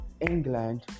England